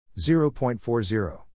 0.40